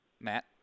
Matt